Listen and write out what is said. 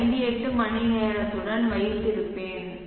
58 மணிநேரத்துடன் வைத்திருப்பேன்